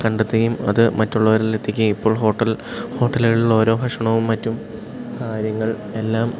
കണ്ടെത്തുകയും അത് മറ്റുള്ളവരിലെത്തിക്കുകയും ഇപ്പോൾ ഹോട്ടൽ ഹോട്ടലുകളിലോരോ ഭക്ഷണവും മറ്റും കാര്യങ്ങൾ എല്ലാം